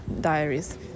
diaries